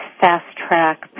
fast-track